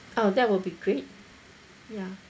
oh that will be great ya